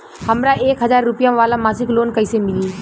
हमरा एक हज़ार रुपया वाला मासिक लोन कईसे मिली?